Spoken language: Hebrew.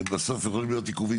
גדולים.